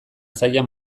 zaila